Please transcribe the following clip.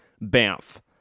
Banff